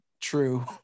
true